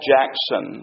Jackson